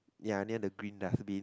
ya near the green dustbin